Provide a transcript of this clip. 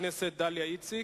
חברת הכנסת דליה איציק.